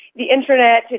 the internet,